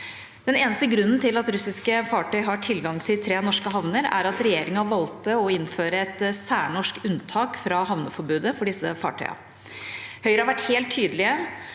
Den eneste grunnen til at russiske fartøy har tilgang til tre norske havner, er at regjeringa valgte å innføre et særnorsk unntak fra havneforbudet for disse fartøyene.